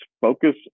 focus